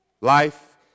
Life